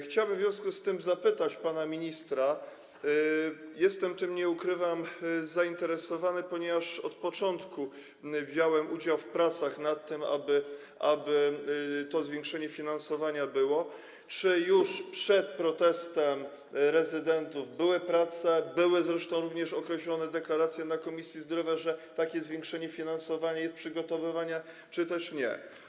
Chciałbym w związku z tym zapytać pana ministra, jestem tym, nie ukrywam, zainteresowany, ponieważ od początku brałem udział w pracach nad tym, aby było to zwiększenie finansowania, czy już przed protestem rezydentów były prowadzone prace, były zresztą również określone deklaracje w Komisji Zdrowia, że takie zwiększenie finansowania jest przygotowane, czy też nie.